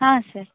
ಹಾಂ ಸರ್